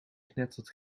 knettert